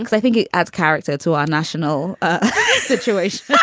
i think it adds character to our national situation